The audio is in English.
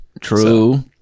true